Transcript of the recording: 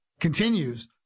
continues